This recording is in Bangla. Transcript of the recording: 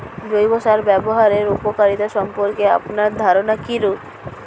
জৈব সার ব্যাবহারের উপকারিতা সম্পর্কে আপনার ধারনা কীরূপ?